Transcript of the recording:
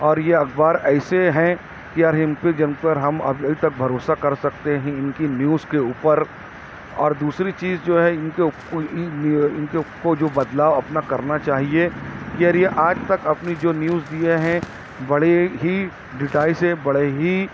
اور یہ اخبار ایسے ہیں کے یار ان پر جن پر ہم ابھی تک بھروسہ کرسکتے ہیں ان کی نیوز کے اوپر اور دوسری چیز جو ہے ان کو جو بدلاؤ اپنا کرنا چاہیے کہ یار یہ آج تک اپنی جو نیوز دیے ہیں بڑے ہی ڈٹائی سے بڑے ہی